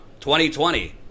2020